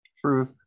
truth